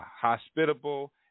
hospitable